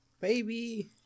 Baby